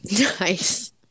nice